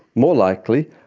more likely,